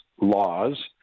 Laws